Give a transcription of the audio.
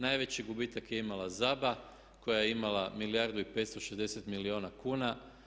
Najveći gubitak je imala ZABA koja je imala milijardu i 560 milijuna kuna.